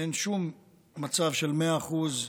אין שום מצב של מאה אחוז.